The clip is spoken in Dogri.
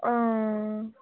हां